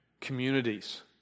communities